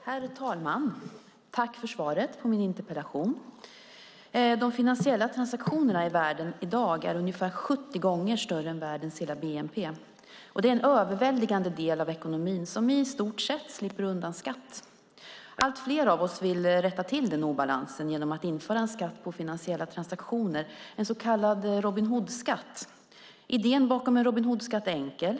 Herr talman! Jag tackar för svaret på min interpellation. De finansiella transaktionerna i världen i dag är ungefär 70 gånger större än världens hela bnp. Det är en överväldigande del av ekonomin som i stort sett slipper undan skatt. Allt fler av oss vill rätta till denna obalans genom att införa en skatt på finansiella transaktioner, en så kallad Robin Hood-skatt. Idén bakom en Robin Hood-skatt är enkel.